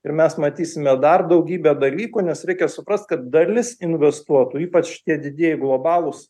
ir mes matysime dar daugybę dalykų nes reikia suprast kad dalis investuotų ypač tie didieji globalūs